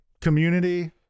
community